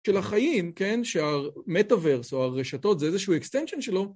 של החיים, כן? שהמטאברס או הרשתות זה איזשהו extension שלו.